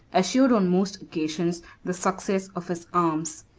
assured on most occasions the success of his arms.